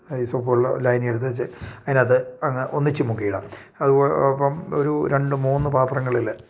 ഈ സോപ്പ് വെള്ള ലായനിയിൽ എടുത്തു വച്ചു അതിന് അകത്ത് അങ്ങ് ഒന്നിച്ചു മുക്കി ഇടാം അതുപോലെ അപ്പം ഒരു രണ്ട് മൂന്ന് പാത്രങ്ങളിൽ